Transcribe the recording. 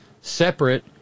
separate